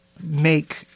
make